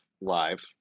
live